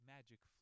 Magic